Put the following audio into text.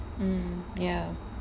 mm ya